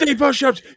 push-ups